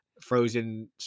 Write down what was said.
frozen